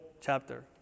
chapter